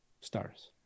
stars